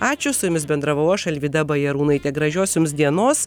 ačiū su jumis bendravau aš alvyda bajarūnaitė gražiosioms dienos